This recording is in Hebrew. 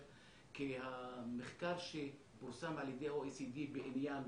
כי המחקר שפורסם על ידי ה-OECD בעניין